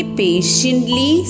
patiently